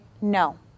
no